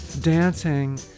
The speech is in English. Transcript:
dancing